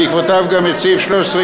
ובעקבותיו גם את סעיף 13(ג),